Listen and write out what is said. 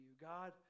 God